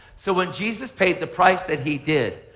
so when jesus paid the price that he did,